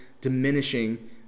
diminishing